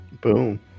Boom